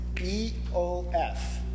E-O-F